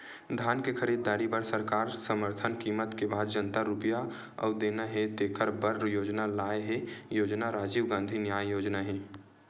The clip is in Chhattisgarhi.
धान के खरीददारी बर सरकार समरथन कीमत के बाद जतना रूपिया अउ देना हे तेखर बर योजना लाए हे योजना राजीव गांधी न्याय योजना हे